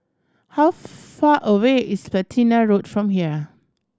how far away is Platina Road from here